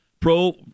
pro